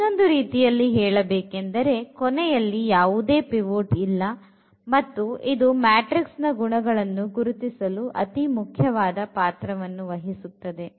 ಇನ್ನೊಂದು ರೀತಿಯಲ್ಲಿ ಹೇಳಬೇಕೆಂದರೆ ಕೊನೆಯಲ್ಲಿ ಯಾವುದೇ ಪಿವೋಟ್ ಇಲ್ಲ ಮತ್ತು ಇದು ಮ್ಯಾಟ್ರಿಕ್ಸ್ ಗುಣಗಳನ್ನು ಗುರುತಿಸಲು ಅತಿ ಮುಖ್ಯವಾದ ಪಾತ್ರವನ್ನು ವಹಿಸುತ್ತದೆ